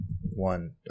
One